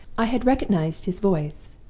i had recognized his voice,